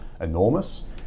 enormous